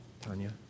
Tanya